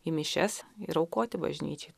į mišias ir aukoti bažnyčiai